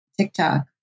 TikTok